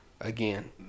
Again